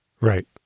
Right